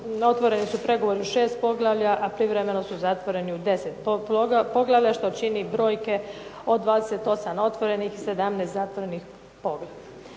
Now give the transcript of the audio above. otvoreni su pregovori u 6 poglavlja, a privremeno su zatvoreni 10 poglavlja, što čini brojke od 28 otvorenih i 17 zatvorenih poglavlja.